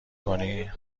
کنی